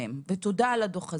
ותודה על הדוח הזה.